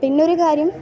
പിന്നൊരു കാര്യം